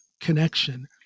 connection